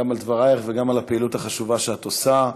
גם על דברייך וגם על הפעילות החשובה שאת עושה.